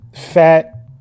fat